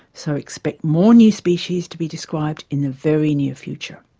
so expect more new species to be described in the very near future.